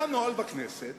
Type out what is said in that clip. היה נוהל בכנסת